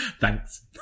Thanks